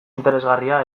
interesgarria